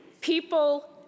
people